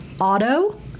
auto